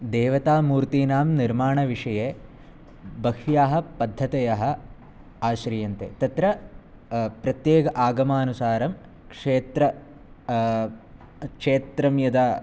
देवतामूर्तीनां निर्माणविषये बह्व्यः पद्धतयः आश्रियन्ते तत्र प्रत्येक आगमानुसारं क्षेत्र क्ष्रेत्रं यदा